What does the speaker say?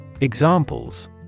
Examples